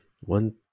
One